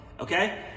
okay